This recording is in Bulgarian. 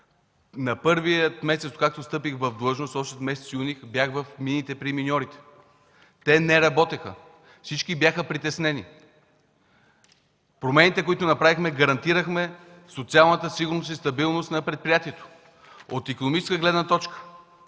На първия месец, когато встъпих в длъжност, още месец юни, бях в мините при миньорите. Те не работеха. Всички бяха притеснени. С промените, които направихме, гарантирахме социалната сигурност и стабилност на предприятието. От икономическа гледна точка